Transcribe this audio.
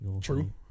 True